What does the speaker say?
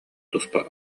туспа